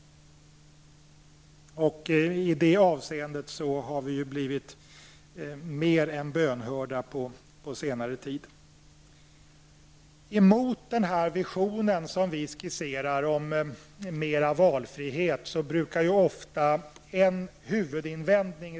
I de avseendet har vi blivit väl bönhörda på senare tid. Det brukar ofta resas en huvudinvändning mot denna vision som vi har skisserat om mera valfrihet.